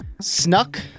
snuck